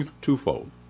twofold